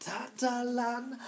Tatalan